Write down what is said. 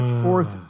fourth